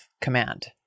command